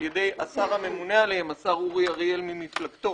ידי השר הממונה עליהם השר אורי אריאל ממפלגתו.